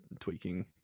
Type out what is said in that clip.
tweaking